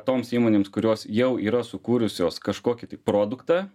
toms įmonėms kurios jau yra sukūrusios kažkokį tai produktą